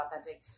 authentic